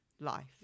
life